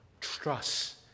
Trust